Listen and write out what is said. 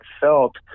felt